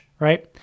Right